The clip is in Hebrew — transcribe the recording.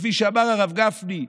כפי שאמר הרב גפני,